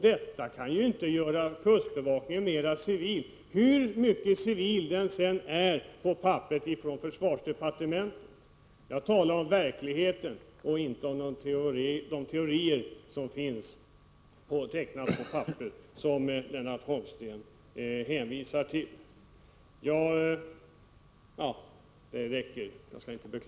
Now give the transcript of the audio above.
Detta kan inte göra kustbevakningen mera civil — hur civil den än är på papper från försvardepartementet. Jag talar om verkligheten, inte om de teorier som finns upptecknade på papper, som Lennart Holmsten hänvisar till.